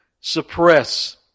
suppress